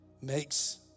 makes